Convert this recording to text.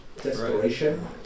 desperation